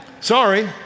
Sorry